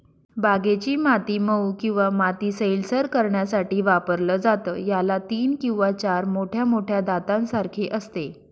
बागेची माती मऊ किंवा माती सैलसर करण्यासाठी वापरलं जातं, याला तीन किंवा चार मोठ्या मोठ्या दातांसारखे असते